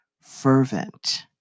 fervent